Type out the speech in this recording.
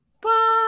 Bye